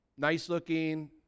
Nice-looking